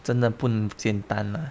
真的不简单啊